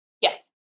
Yes